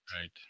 Right